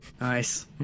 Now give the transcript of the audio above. Nice